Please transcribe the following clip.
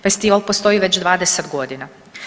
Festival postoji već 20 godina.